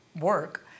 work